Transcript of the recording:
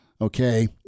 Okay